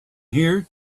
here